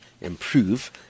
improve